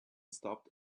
stopped